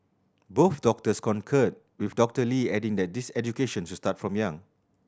both doctors concurred with Doctor Lee adding that this education should start from young